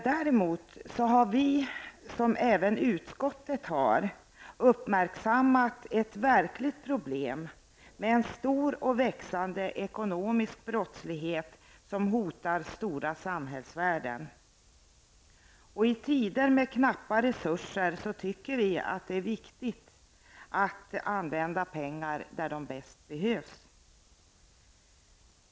Däremot har vi liksom utskottet uppmärksammat ett verkligt problem med en stor och växande ekonomisk brottslighet som hotar stora samhällsvärden. I tider med knappa resurser tycker vi att det är viktigt att man använder pengarna där de bäst behövs.